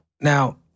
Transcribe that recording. Now